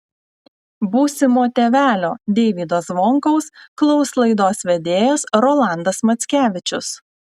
būsimo tėvelio deivydo zvonkaus klaus laidos vedėjas rolandas mackevičius